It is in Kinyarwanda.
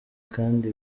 kandi